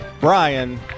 Brian